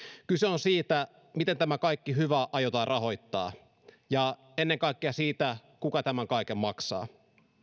kyse on siitä miten tämä kaikki hyvä aiotaan rahoittaa ja ennen kaikkea siitä kuka tämän kaiken maksaa